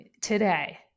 today